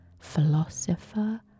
philosopher